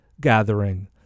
gathering